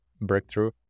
breakthrough